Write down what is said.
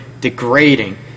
degrading